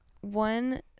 one